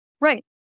Right